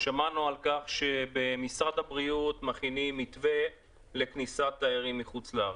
על כך שבמשרד הבריאות מכינים מתווה לכניסת תיירים מחוץ לארץ.